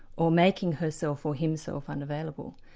or making herself or himself unavailable.